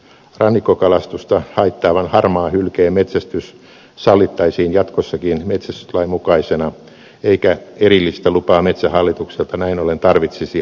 rannikkokalastusta haittaavan harmaahylkeen metsästys sallittaisiin jatkossakin metsästyslain mukaisena eikä erillistä lupaa metsähallitukselta näin ollen tarvitsisi hakea